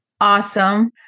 awesome